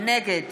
נגד